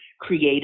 create